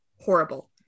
horrible